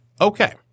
Okay